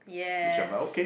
yes